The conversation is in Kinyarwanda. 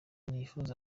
ntiyifuza